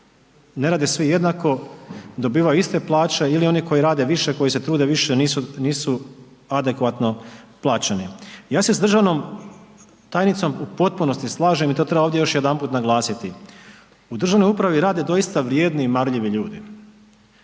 ne rade svi jednako dobivaju iste plaće ili oni koji rade više, koji se trude više nisu adekvatno plaćeni. Ja se s državnom tajnicom u potpunosti slažem i to treba ovdje još jedanput naglasiti. U državnoj upravi rade doista vrijedni i marljivi ljudi,